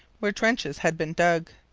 where trenches had been dug.